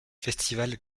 festival